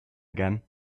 again